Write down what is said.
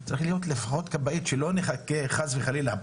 צריך להיות לפחות כבאית שלא נחכה חס וחלילה,